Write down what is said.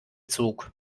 zog